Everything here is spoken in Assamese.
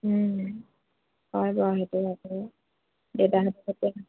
হয় বাৰু সেইটো দেউতাহঁত থাকে